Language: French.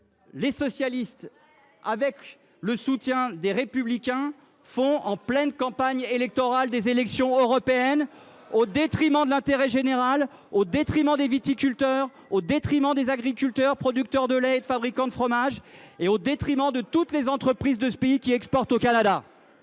des sénateurs du groupe Les Républicains, font un coup en pleine campagne électorale européenne, au détriment de l’intérêt général, au détriment des viticulteurs, au détriment des agriculteurs, des producteurs de lait et des fabricants de fromages, au détriment de toutes les entreprises de ce pays qui exportent au Canada.